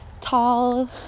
tall